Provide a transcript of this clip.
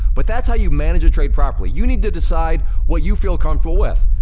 but that's how you manage a trade properly. you need to decide what you feel comfortable with.